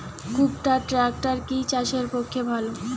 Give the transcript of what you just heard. কুবটার ট্রাকটার কি চাষের পক্ষে ভালো?